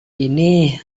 ini